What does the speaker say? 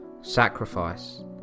sacrifice